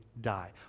die